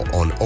on